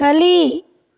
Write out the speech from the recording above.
ಕಲಿ